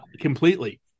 completely